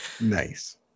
Nice